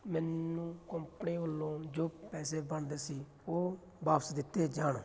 ਮੈਨੂੰ ਕੋਂਪਨੀ ਵੱਲੋਂ ਜੋ ਪੈਸੇ ਬਣਦੇ ਸੀ ਉਹ ਵਾਪਸ ਦਿੱਤੇ ਜਾਣ